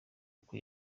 uku